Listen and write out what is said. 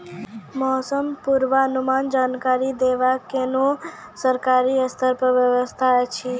मौसम पूर्वानुमान जानकरी देवाक कुनू सरकारी स्तर पर व्यवस्था ऐछि?